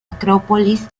acrópolis